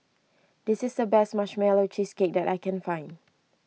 this is the best Marshmallow Cheesecake that I can find